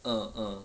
mm mm